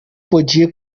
podia